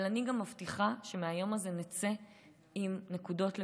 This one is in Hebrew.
אבל אני גם מבטיחה שמהיום הזה נצא עם נקודות לפעולה.